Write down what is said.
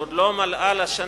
שעוד לא מלאה לה שנה,